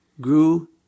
grew